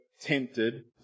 tempted